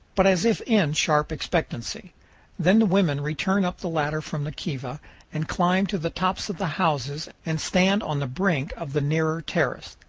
but as if in sharp expectancy then the women return up the ladder from the kiva and climb to the tops of the houses and stand on the brink of the nearer terrace.